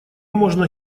можно